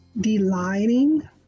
delighting